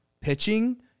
pitching